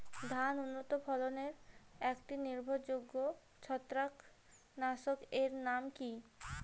ধান উন্নত ফলনে একটি নির্ভরযোগ্য ছত্রাকনাশক এর নাম কি?